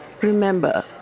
Remember